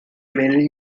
mainly